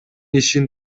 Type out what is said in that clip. ишин